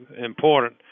important